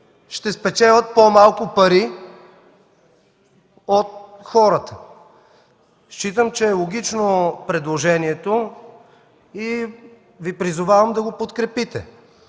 ще спечелят по-малко пари от хората. Считам, че е логично предложението и Ви призовавам да го подкрепите.